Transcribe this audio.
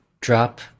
drop